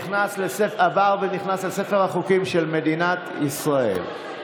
עבר ונכנס לספר החוקים של מדינת ישראל.